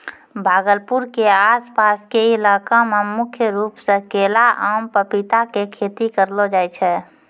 भागलपुर के आस पास के इलाका मॅ मुख्य रूप सॅ केला, आम, पपीता के खेती करलो जाय छै